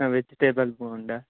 हा वेजिटेबल् बोण्डा